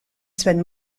spend